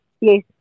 yes